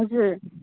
हजुर